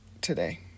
today